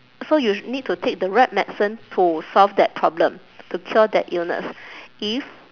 so you need to take the right medicine to solve that problem to cure that illness if